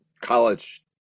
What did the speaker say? college